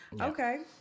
Okay